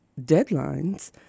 deadlines